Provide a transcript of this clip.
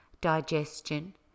digestion